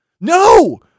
No